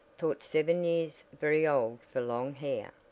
thought seven years very old for long hair.